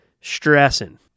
stressing